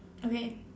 okay